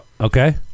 Okay